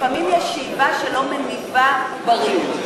אבל לפעמים יש שאיבה שלא מניבה עוברים,